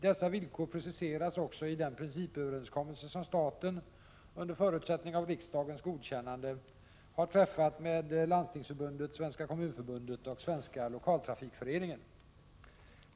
Dessa villkor preciseras också i den principöverenskommelse som staten — under förutsättning av riksdagens godkännande — träffat med Landstingsförbundet, Svenska kommunförbundet och Svenska Lokaltrafikföreningen.